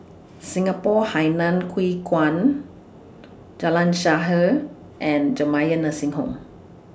Singapore Hainan Hwee Kuan Jalan Shaer and Jamiyah Nursing Home